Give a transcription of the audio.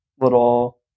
little